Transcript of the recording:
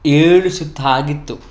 ಏಳು ಸುತ್ತು ಆಗಿತ್ತು